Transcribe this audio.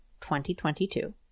2022